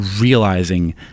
realizing